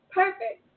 perfect